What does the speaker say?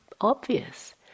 obvious